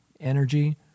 energy